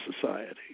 Society